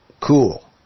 cool